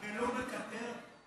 ולא מקטר.